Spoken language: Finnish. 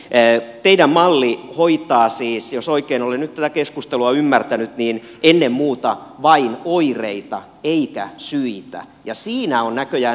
teidän mallinne hoitaa siis jos oikein olen nyt tätä keskustelua ymmärtänyt ennen muuta vain oireita eikä syitä ja siinä on näköjään ero